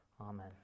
Amen